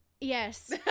Yes